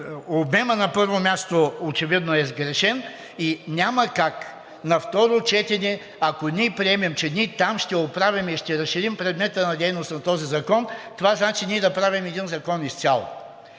обемът, на първо място, очевидно е сгрешен и няма как на второ четене, ако ние приемем, че ние там ще оправим и ще разширим предмета на дейност на този закон, това значи ние да правим един закон изцяло.